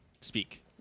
speak